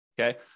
okay